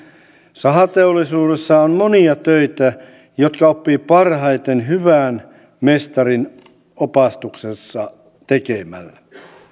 sahateollisuudessa on monia töitä jotka oppii parhaiten hyvän mestarin opastuksessa tekemällä